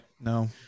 No